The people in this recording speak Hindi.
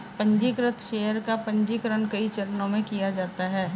पन्जीकृत शेयर का पन्जीकरण कई चरणों में किया जाता है